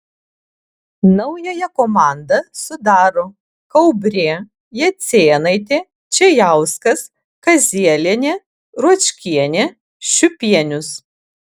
naująją komandą sudaro kaubrė jacėnaitė čėjauskas kazielienė ruočkienė šiupienius